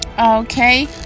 okay